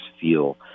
feel